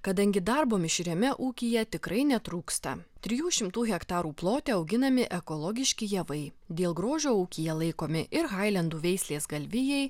kadangi darbo mišriame ūkyje tikrai netrūksta trijų šimtų hektarų plote auginami ekologiški javai dėl grožio ūkyje laikomi ir hailendų veislės galvijai